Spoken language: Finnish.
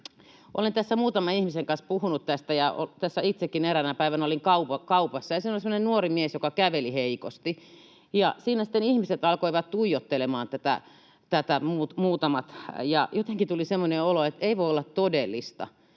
Olen tässä muutaman ihmisen kanssa puhunut tästä. Itsekin eräänä päivänä olin kaupassa, ja siellä oli semmoinen nuori mies, joka käveli heikosti, ja siinä sitten muutamat ihmiset alkoivat tuijottelemaan tätä, ja jotenkin tuli semmoinen olo, että ei voi olla todellista,